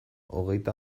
hogeita